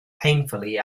painfully